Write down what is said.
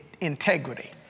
integrity